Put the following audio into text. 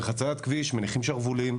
בחציית כביש מניחים שרוולים,